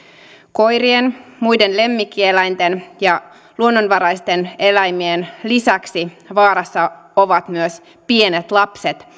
koirien muiden lemmikkieläinten ja luonnonvaraisten eläimien lisäksi vaarassa ovat myös pienet lapset